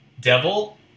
Devil